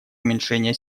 уменьшения